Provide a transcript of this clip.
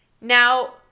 Now